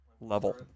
level